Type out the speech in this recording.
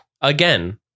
again